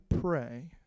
pray